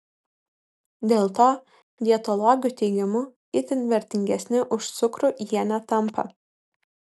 dėl to dietologių teigimu itin vertingesni už cukrų jie netampa